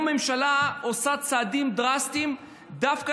הממשלה עושה היום צעדים דרסטיים דווקא